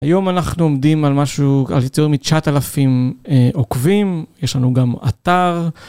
היום אנחנו עומדים על משהו, על יותר מ-9,000 עוקבים, יש לנו גם אתר.